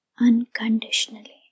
unconditionally